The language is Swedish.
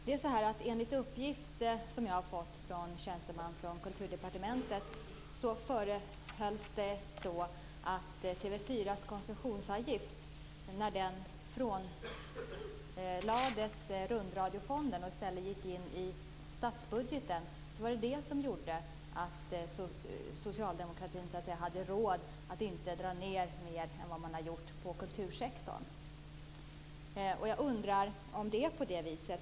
Enligt uppgifter som jag har fått från en tjänsteman på Kulturdepartementet var det på grund av att TV 4:s koncessionsavgift togs bort från Rundradiofonden och i stället gick in i statsbudgeten som socialdemokratin hade råd att inte dra ned mer än vad man har gjort på kultursektorn. Jag undrar om det är på det viset.